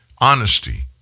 honesty